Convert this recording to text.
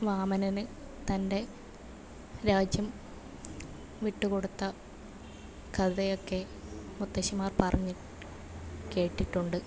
വാമനന് തൻ്റെ രാജ്യം വിട്ടു കൊടുത്ത കഥയൊക്കെ മുത്തശ്ശിമാർ പറഞ്ഞ് കേട്ടിട്ടുണ്ട്